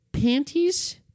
panties